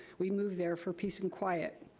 we moved there for peace and quiet.